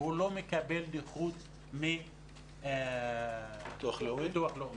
לא מקבל נכות מביטוח לאומי.